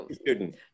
student